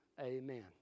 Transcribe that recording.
Amen